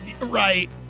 Right